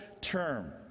term